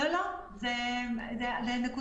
את זה הם יודעים מהפרקטיקה.